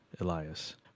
Elias